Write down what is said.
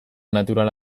natural